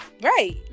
right